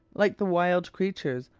like the wild creatures,